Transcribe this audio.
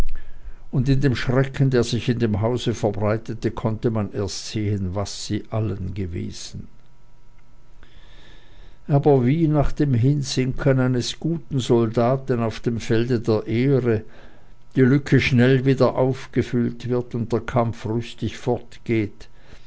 und an dem schrecken der sich im hause verbreitete konnte man erst sehen was sie allen gewesen aber wie nach dem hinsinken eines guten soldaten auf dem felde der ehre die lücke schnell wieder ausgefüllt wird und der kampf rüstig fortgeht